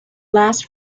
last